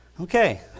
Okay